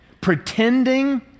Pretending